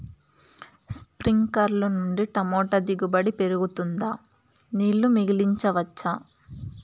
స్ప్రింక్లర్లు నుండి టమోటా దిగుబడి పెరుగుతుందా? నీళ్లు మిగిలించవచ్చా?